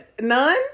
None